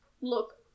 Look